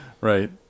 Right